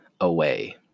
away